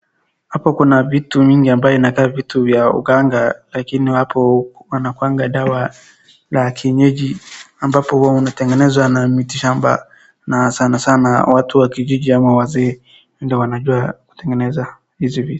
Hapa kuna vitu mingi ambaye inakaa vitu ya uganga lakini hapo inakuwanga dawa la kienyeji, ambapo huwa unatengeneza na mitishamba na sana sana na watu wakijiiji ama wazee ndiyo waanajua kutengeneza hizi vitu.